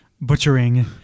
butchering